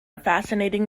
fascinating